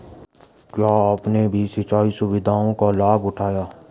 क्या आपने भी सिंचाई सुविधाओं का लाभ उठाया